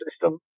system